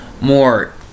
more